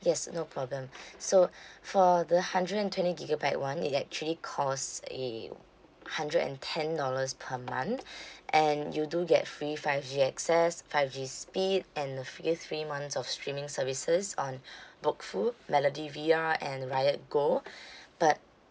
yes no problem so for the hundred and twenty gigabyte one it actually cost a hundred and ten dollars per month and you do get free five G access five G speed and a free three months of streaming services on bookful melody V_R and riotGO but